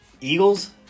Eagles